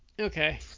okay